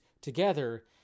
together